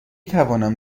توانم